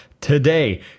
today